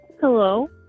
Hello